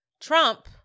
Trump